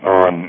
on